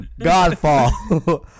Godfall